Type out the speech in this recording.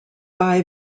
buy